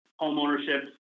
homeownership